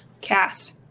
cast